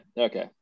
Okay